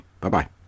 bye-bye